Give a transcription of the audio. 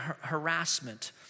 harassment